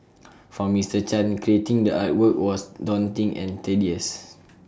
for Mister chan creating the artwork was daunting and tedious